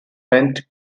bent